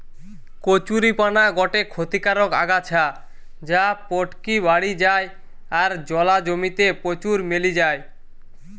কচুরীপানা গটে ক্ষতিকারক আগাছা যা পটকি বাড়ি যায় আর জলা জমি তে প্রচুর মেলি যায়